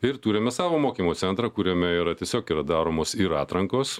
ir turime savo mokymo centrą kuriame yra tiesiog yra daromos ir atrankos